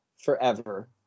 Forever